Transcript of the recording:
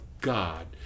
God